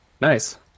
Nice